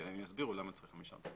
שהם יסבירו למה צריך חמישה עותקים.